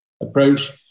approach